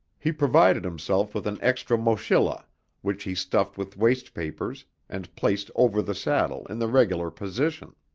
he provided himself with an extra mochila which he stuffed with waste papers and placed over the saddle in the regular position.